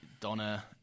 Donna